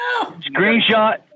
Screenshot